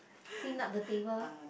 clean up the table